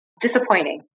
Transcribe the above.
disappointing